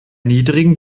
niedrigen